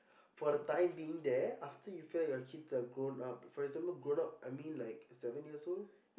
for the time being there after you've felt your kids are grown up for example grown up I mean like seven years old